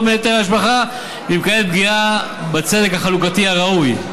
מהיטל השבחה ואם קיימת פגיעה בצדק החלוקתי הראוי,